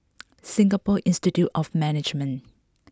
Singapore Institute of Management